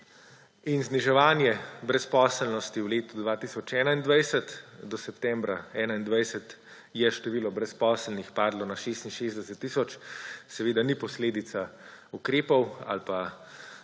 Zniževanje brezposelnosti v letu 2021, do septembra 2021 je število brezposelnih padlo na 66 tisoč, ni posledica ukrepov ali pa